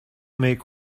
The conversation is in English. make